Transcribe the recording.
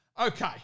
Okay